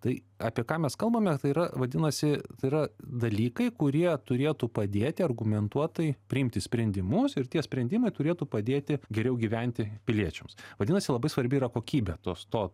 tai apie ką mes kalbame tai yra vadinasi tai yra dalykai kurie turėtų padėti argumentuotai priimti sprendimus ir tie sprendimai turėtų padėti geriau gyventi piliečiams vadinasi labai svarbi yra kokybė tos to